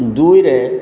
ଦୁଇରେ